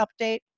update